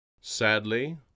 Sadly